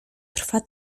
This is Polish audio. trwa